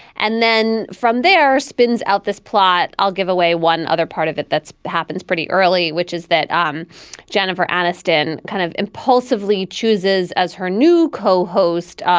and then from there spins out this plot. i'll give away one other part of it that's happens pretty early, which is that um jennifer aniston kind of impulsively chooses as her new co-host.